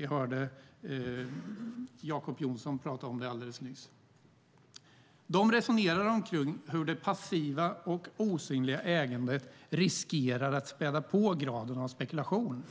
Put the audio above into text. Vi hörde Jacob Johnson prata om detta alldeles nyss. Man resonerar kring hur det passiva och osynliga ägandet riskerar att späda på graden av spekulation